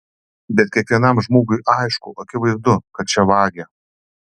bet kiekvienam žmogui aišku akivaizdu kad čia vagia